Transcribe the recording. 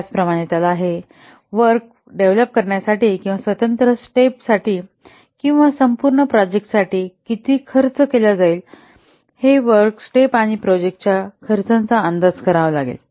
त्याचप्रमाणे त्याला हे वर्क विकसित करण्यासाठी किंवा स्वतंत्र स्टेप साठी किंवा संपूर्ण प्रोजेक्टासाठी किती खर्च केले जाईल हे वर्क स्टेप आणि प्रोजेक्टाच्या खर्चाचा अंदाज करावा लागेल